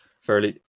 fairly